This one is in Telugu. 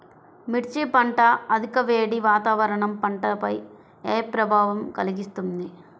మిర్చి పంట అధిక వేడి వాతావరణం పంటపై ఏ ప్రభావం కలిగిస్తుంది?